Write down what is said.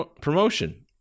promotion